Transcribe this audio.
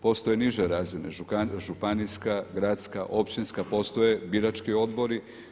Postoje niže razine županijska, gradska, općinska, postoje birački odbori.